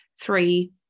three